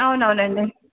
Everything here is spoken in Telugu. అవునవునండి